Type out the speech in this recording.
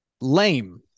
lame